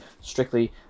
strictly